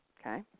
okay